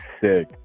sick